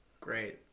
great